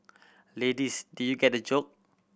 ladies did you get the joke